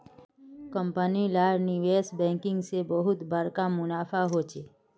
company लार निवेश banking से बहुत बड़का मुनाफा होचे